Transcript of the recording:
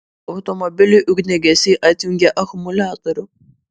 automobiliui ugniagesiai atjungė akumuliatorių